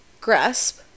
grasp